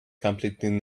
completely